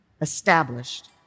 established